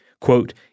Quote